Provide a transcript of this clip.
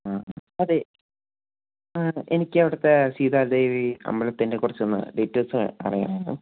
ആഹ് അതെ ആഹ് എനിക്ക് അവിടുത്തെ സീത ദേവി അമ്പലത്തിൻ്റെ കുറച്ചൊന്ന് ഡീറ്റെയിൽസ് അറിയാനായിരുന്നു